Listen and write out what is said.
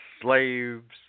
slaves